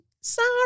Sorry